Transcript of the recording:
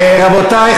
רבותי,